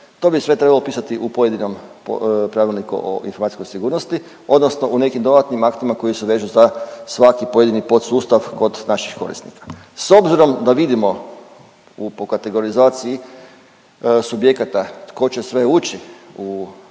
To bi sve trebalo pisati u pojedinom pravilniku o informacijskoj sigurnosti odnosno u nekim dodatnim aktima koji se vežu za svaki pojedini podsustav kod naših korisnika. S obzirom da vidimo u po kategorizaciji subjekata tko će sve ući i biti